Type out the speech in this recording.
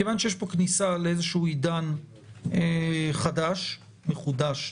כיוון שיש פה כניסה לאיזשהו עידן חדש מחודש,